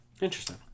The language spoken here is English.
interesting